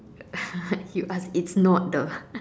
you asked it's not the